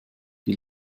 die